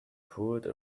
poured